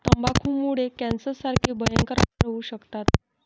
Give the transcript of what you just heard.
तंबाखूमुळे कॅन्सरसारखे भयंकर आजार होऊ शकतात